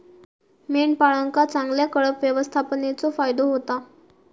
मेंढपाळांका चांगल्या कळप व्यवस्थापनेचो फायदो होता